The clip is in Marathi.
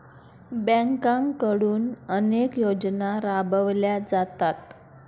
बँकांकडून अनेक योजना राबवल्या जातात